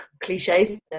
cliches